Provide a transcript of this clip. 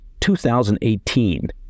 2018